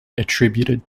attributed